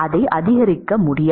இதை அதிகரிக்க முடியாது